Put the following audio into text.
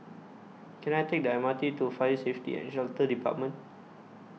Can I Take The M R T to Fire Safety and Shelter department